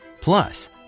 Plus